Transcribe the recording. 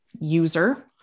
user